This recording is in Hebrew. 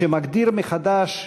שמגדיר מחדש